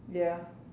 ya